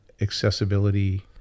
accessibility